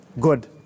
Good